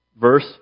Verse